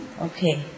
Okay